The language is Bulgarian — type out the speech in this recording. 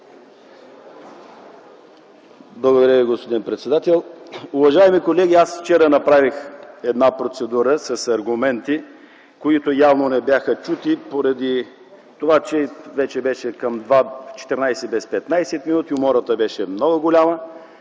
Ви, господин председател. Уважаеми колеги, аз вчера направих една процедура с аргументи, които явно не бяха чути, поради това че вече беше към 13,35 ч., и умората беше много голяма.